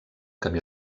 camí